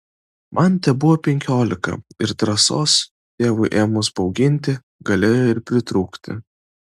man tebuvo penkiolika ir drąsos tėvui ėmus bauginti galėjo ir pritrūkti